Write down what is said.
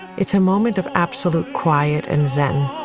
it's a moment of absolute quiet and zen